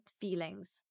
feelings